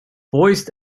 voiced